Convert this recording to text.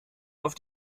auf